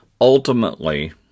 Ultimately